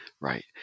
Right